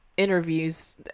Interviews